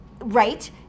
right